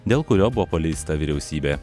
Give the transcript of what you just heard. dėl kurio buvo paleista vyriausybė